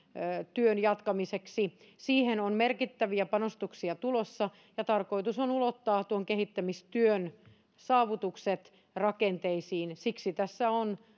työn jatkamiseksi siihen on merkittäviä panostuksia tulossa ja tarkoitus on ulottaa tuon kehittämistyön saavutukset rakenteisiin siksi tässä on